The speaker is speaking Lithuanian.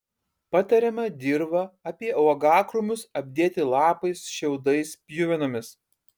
patariama dirvą apie uogakrūmius apdėti lapais šiaudais pjuvenomis